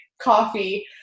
coffee